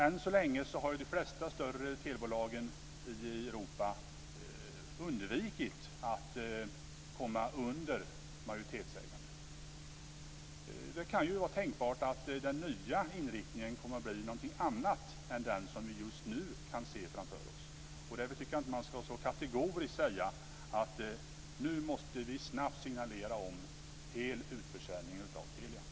Än så länge har de flesta större telebolagen i Europa undvikit att komma under majoritetsägande. Det kan vara tänkbart att den nya inriktningen kommer att bli något annat än den vi just nu kan se framför oss. Därför ska man inte så kategoriskt säga att nu måste vi snabbt signalera om hel utförsäljning av